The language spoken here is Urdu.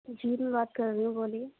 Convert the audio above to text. جی میں بات کر رہی ہوں بولیے